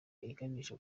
iganisha